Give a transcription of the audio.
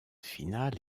finale